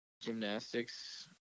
gymnastics